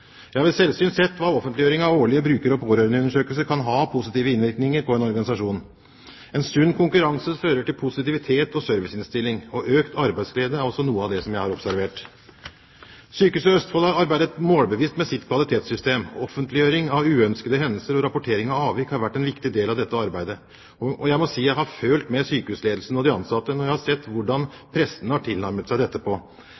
Jeg har ved selvsyn sett hva offentliggjøring av årlige bruker- og pårørendeundersøkelser kan ha av positive innvirkninger på en organisasjon. En sunn konkurranse fører til positivitet og serviceinnstilling. Økt arbeidsglede er også noe av det jeg har observert. Sykehuset Østfold har arbeidet målbevisst med sitt kvalitetssystem. Offentliggjøring av uønskede hendelser og rapportering av avvik har vært en viktig del av dette arbeidet. Jeg må si jeg har følt med sykehusledelsen og de ansatte når jeg har sett hvordan